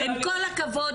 עם כל הכבוד,